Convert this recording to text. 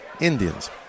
Indians